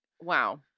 wow